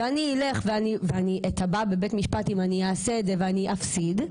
ואני אלך ואתבע בבית משפט אם אני אעשה את זה ואני אפסיד,